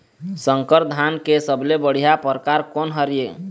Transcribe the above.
संकर धान के सबले बढ़िया परकार कोन हर ये?